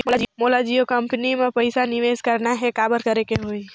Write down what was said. मोला जियो कंपनी मां पइसा निवेश करना हे, काबर करेके होही?